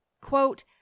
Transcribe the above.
Quote